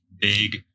big